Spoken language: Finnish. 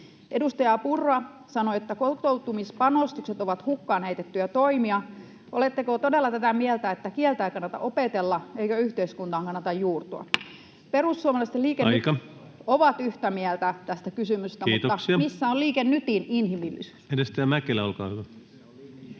Edustaja Purra sanoi, että kotoutumispanostukset ovat hukkaan heitettyjä toimia. Oletteko todella tätä mieltä, että kieltä ei kannata opetella eikä yhteiskuntaan kannata juurtua? Perussuomalaiset ja Liike Nyt [Puhemies: Aika!] ovat yhtä mieltä tästä kysymyksestä, mutta missä on Liike Nytin inhimillisyys? [Speech 101] Speaker: